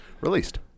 released